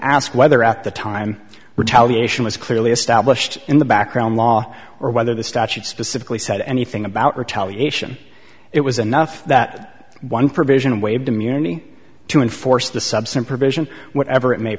ask whether at the time retaliation was clearly established in the background law or whether the statute specifically said anything about retaliation it was enough that one provision waived immunity to enforce the subsume provision whatever it may